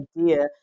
idea